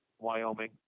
Wyoming